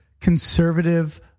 conservative